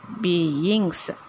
beings